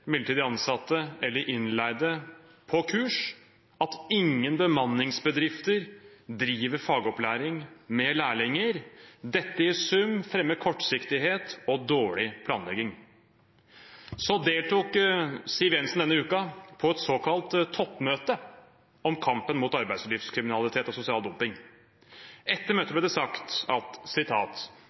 midlertidig ansatte eller innleide på kurs, og at ingen bemanningsbedrifter driver fagopplæring med lærlinger. Dette i sum fremmer kortsiktighet og dårlig planlegging. Siv Jensen deltok denne uka på et såkalt toppmøte om kampen mot arbeidslivskriminalitet og sosial dumping. Etter møtet ble det sagt at